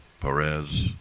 Perez